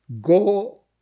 Go